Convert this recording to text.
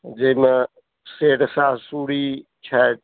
जाहिमे शेरशाह सूरी छथि